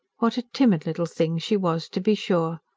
what a timid little thing she was to be sure!